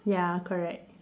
ya correct